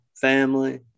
family